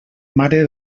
mare